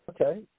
Okay